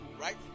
right